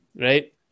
right